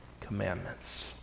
commandments